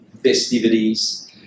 festivities